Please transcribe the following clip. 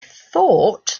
thought